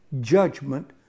judgment